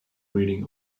reading